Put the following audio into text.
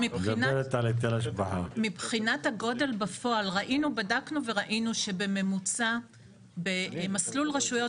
מבחינת הגודל בדקנו וראינו שבמסלול רשויות